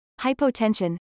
hypotension